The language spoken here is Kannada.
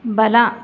ಬಲ